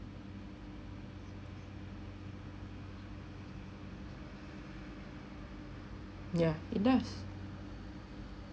yeah it does